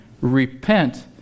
repent